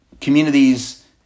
communities